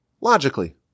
logically